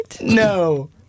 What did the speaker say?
No